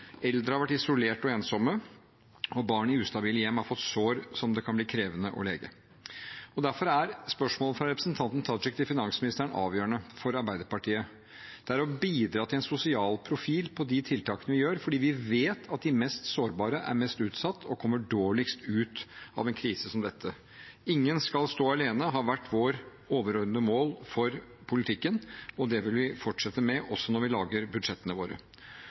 Eldre har vært isolerte og ensomme, og barn i ustabile hjem har fått sår som det kan bli krevende å lege. Derfor er spørsmålet fra representanten Tajik til finansministeren avgjørende for Arbeiderpartiet. Det handler om å bidra til en sosial profil på de tiltakene vi gjør, fordi vi vet at de mest sårbare er mest utsatt og kommer dårligst ut av en krise som dette. At ingen skal stå alene, har vært vårt overordnede mål for politikken, og det vil vi fortsette med også når vi lager budsjettene våre.